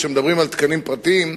כשמדברים על תקנים פרטיים,